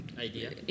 idea